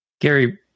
Gary